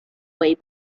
way